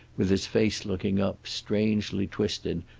with his face looking up, strangely twisted,